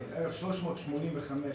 במהלך הקורונה הקמנו יחד עם "עוגן",